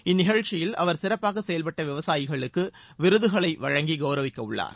இந்நிகழ்ச்சியில் அவர் சிறப்பாக செயல்பட்ட விவசாயிகளுக்கு விருதுகளையும் வழங்கவுள்ளார்